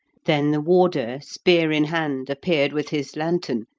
then the warder, spear in hand, appeared with his lantern,